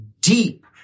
deep